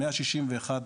מאה שישים ואחת